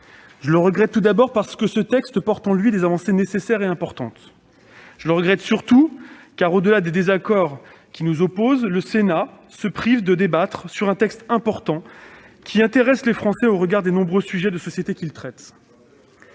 Je le regrette, parce que ce texte porte en lui des avancées nécessaires et importantes. Je le regrette surtout, car au-delà des désaccords qui nous opposent le Sénat se prive de débattre sur un texte important, qui intéresse les Français au regard des nombreux sujets de société qu'il traite.